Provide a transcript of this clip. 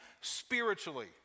spiritually